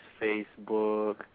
Facebook